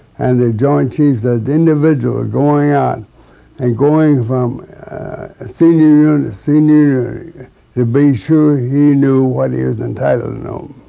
and the joint chiefs as individuals going out and going from a senior to and a senior to be sure he knew what he was entitled to know.